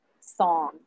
song